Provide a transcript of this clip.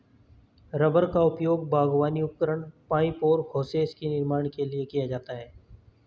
rubber का उपयोग बागवानी उपकरण, पाइप और होसेस के निर्माण के लिए किया जाता है